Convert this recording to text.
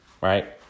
right